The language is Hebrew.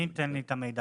מי ייתן לי את המידע?